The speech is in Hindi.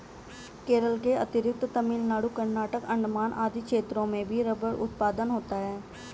केरल के अतिरिक्त तमिलनाडु, कर्नाटक, अण्डमान आदि क्षेत्रों में भी रबर उत्पादन होता है